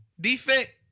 defect